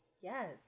Yes